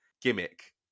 gimmick